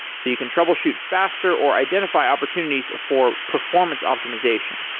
so you can troubleshoot faster, or identify opportunities for performance optimization.